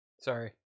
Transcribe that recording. Sorry